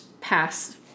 pass